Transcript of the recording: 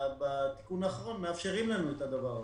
בתיקון האחרון מאפשרים לנו את הדבר הזה,